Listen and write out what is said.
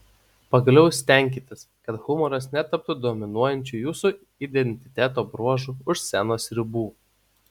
pagaliau stenkitės kad humoras netaptų dominuojančių jūsų identiteto bruožu už scenos ribų